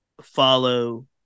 follow